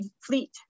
fleet